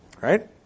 Right